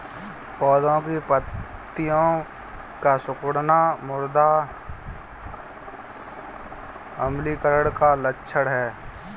पौधों की पत्तियों का सिकुड़ना मृदा अम्लीकरण का लक्षण है